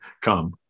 come